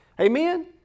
amen